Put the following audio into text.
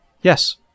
Yes